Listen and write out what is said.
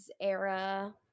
era